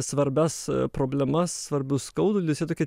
svarbias problemas svarbius skaudulius jie tokie